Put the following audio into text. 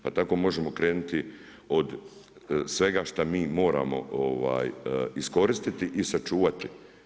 Pa tako možemo krenuti od svega šta mi moramo iskoristiti i sačuvati.